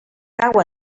cau